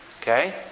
Okay